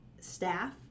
staff